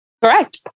Correct